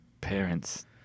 parents